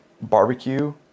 barbecue